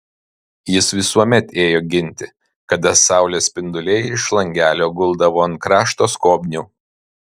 jis visuomet ėjo ginti kada saulės spinduliai iš langelio guldavo ant krašto skobnių